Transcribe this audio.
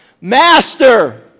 Master